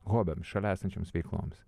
hobiams šalia esančioms veikloms